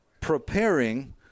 preparing